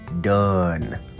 done